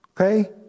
Okay